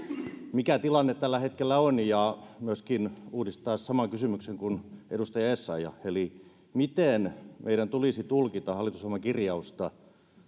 mikä tilanne tällä hetkellä on ja myöskin haluaisin uudistaa saman kysymyksen kuin edustaja essayah kysyi eli miten meidän tulisi tulkita hallitusohjelman kirjausta